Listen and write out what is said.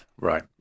Right